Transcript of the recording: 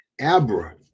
Abra